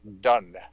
done